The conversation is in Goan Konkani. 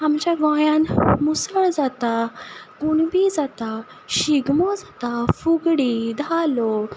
आमच्या गोंयान मुसळ जाता कुणबी जाता शिगमो जाता फुगडी धालो